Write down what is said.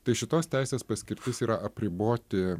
tai šitos teisės paskirtis yra apriboti